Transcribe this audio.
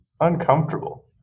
uncomfortable